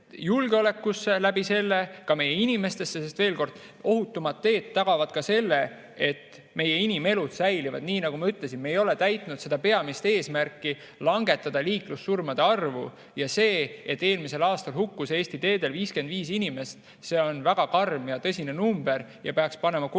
julgeolekusse, ka meie inimestesse, sest veel kord, ohutumad teed tagavad ka selle, et inimelud säilivad. Nii nagu ma ütlesin, me ei ole täitnud seda peamist eesmärki langetada liiklussurmade arvu. See, et eelmisel aastal hukkus Eesti teedel 55 inimest, on väga karm ja tõsine number, mis peaks panema kogu